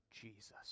Jesus